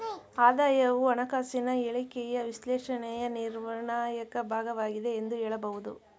ಆದಾಯವು ಹಣಕಾಸಿನ ಹೇಳಿಕೆಯ ವಿಶ್ಲೇಷಣೆಯ ನಿರ್ಣಾಯಕ ಭಾಗವಾಗಿದೆ ಎಂದು ಹೇಳಬಹುದು